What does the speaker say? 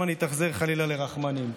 שמא נתאכזר חלילה לרחמנים.